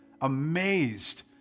amazed